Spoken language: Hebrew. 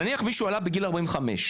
נניח מישהו עלה בגיל 45,